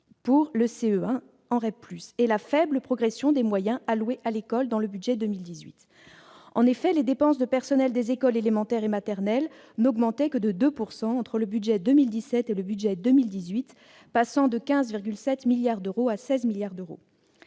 et, d'autre part, la faible progression des moyens alloués à l'école dans le budget 2018. En effet, les dépenses de personnel des écoles élémentaires et maternelles n'augmenteront que de 2 % entre le budget 2017 et le budget 2018, passant de 15,7 milliards d'euros à 16 milliards d'euros.